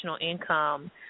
income